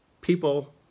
People